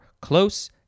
close